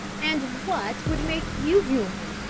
and what would make you human?